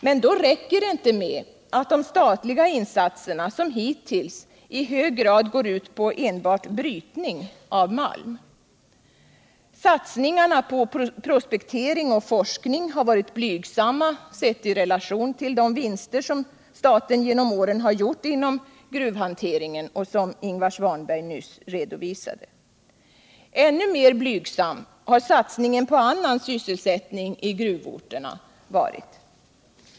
Men då räcker det inte med att de statliga insatserna liksom hittills i hög grad går ut på enbart brytning av malm. Satsningarna på prospektering och forskning har varit blygsamma, sedda i relation till de vinster som staten genom åren har gjort inom gruvhanteringen och som Ingvar Svanberg nyss redovisat. Ännu mer blygsam har satsningen på annan sysselsättning i gruvorterna varit.